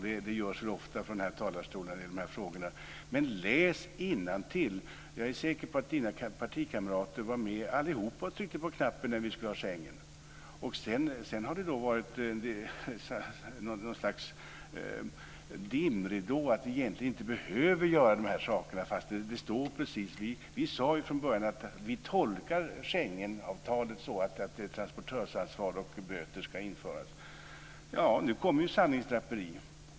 Det görs ofta från den här talarstolen i dessa frågor. Men läs innantill! Jag är säker på att Johan Pehrsons partikamrater var med allihop och tryckte på knappen när Schengen skulle införas. Sedan har det lagts ut något slags dimridå, att vi inte behöver införa desa regler. Vi sade från början att vi tolkar Schengen så att det innebär att transportörsansvar och böter ska införas. Nu kommer sanningens draperi.